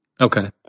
Okay